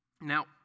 Now